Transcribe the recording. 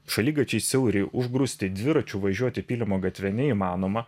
šaligatviai siauri užgrūsti dviračiu važiuoti pylimo gatve neįmanoma